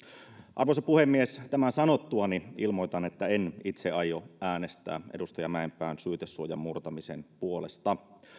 arvoisa puhemies tämän sanottuani ilmoitan että en itse aio äänestää edustaja mäenpään syytesuojan murtamisen puolesta